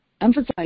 emphasize